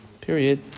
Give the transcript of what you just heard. period